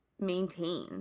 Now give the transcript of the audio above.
maintain